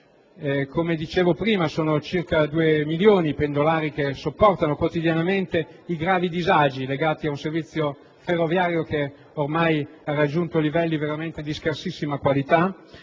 Come dicevo prima, sono circa 2 milioni i pendolari che sopportano quotidianamente i gravi disagi legati ad un servizio ferroviario che ormai ha raggiunto veramente livelli di scarsissima qualità